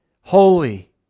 holy